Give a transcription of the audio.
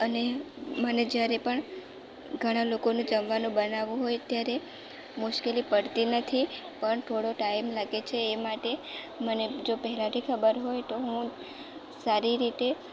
અને મને જયારે પણ ઘણાં લોકોનું જમવાનું બનાવવું હોય ત્યારે મુશ્કેલી પડતી નથી પણ થોડો ટાઈમ લાગે છે એ માટે મને જો પહેલાથી ખબર હોય તો હું સારી રીતે